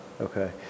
Okay